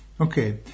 Okay